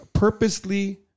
purposely